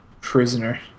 Prisoner